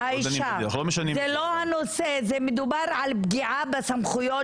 אנחנו לא דנים בזה,